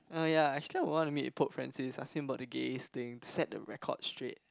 oh ya actually I want to meet with Pope-Francis ask him about the gay's thing set the record straight